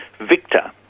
Victor